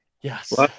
Yes